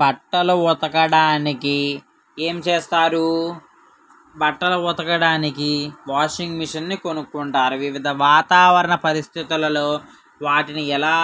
బట్టలు ఉతకడానికి ఏమి చేస్తారూ బట్టలు ఉతకడానికి వాషింగ్ మేషిన్ని కొనుక్కుంటారు వివిధ వాతావరణ పరిస్థితులలో వాటిని ఎలా